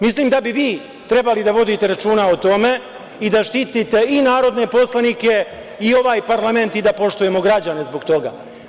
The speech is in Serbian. Mislim da bi vi trebali da vodite računa o tome i da štitite i narodne poslanike i ovaj parlament i da poštujemo građane zbog toga.